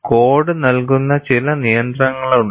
code നൽകുന്ന ചില നിയന്ത്രണങ്ങളുണ്ട്